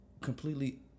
completely